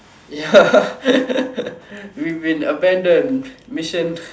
ya we've been abandoned mission